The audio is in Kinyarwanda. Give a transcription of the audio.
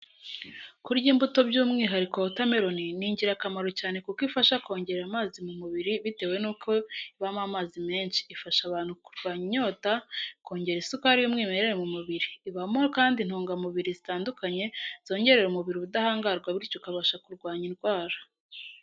Kurya imbuto by'umwihariko wota meloni ni ingirakamaro cyane kuko ifasha kongera amazi mu mubiri bitewe n'uko ibamo amazi menshi, ifasha abantu kurwanya inyota, kongera isukari y'umwimerere mu mubiri, ibamo kandi intungamubiri zitandukanye zongerera umubiriri ubudahangarwa bityo ukabasha kurwanya indwara.